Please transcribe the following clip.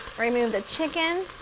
remove the chicken,